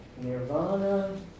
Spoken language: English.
nirvana